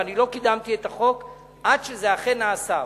ולא קידמתי את החוק עד שזה אכן נעשה.